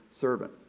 servant